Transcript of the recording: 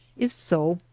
if so,